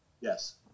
Yes